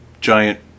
giant